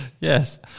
Yes